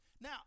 Now